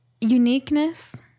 Uniqueness